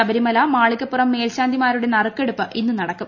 ശബരിമല മാളികപ്പുറം മേൽശാന്തിമാരുടെ നറുക്കെടുപ്പ് ഇന്ന് നടക്കും